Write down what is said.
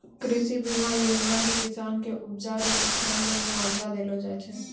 कृषि बीमा योजना से किसान के उपजा रो नुकसान रो मुआबजा देलो जाय छै